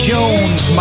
Jones